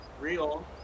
real